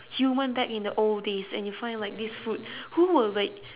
human back in the old days and you find like this fruit who will like